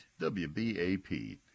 WBAP